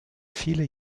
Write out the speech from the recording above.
viele